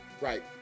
Right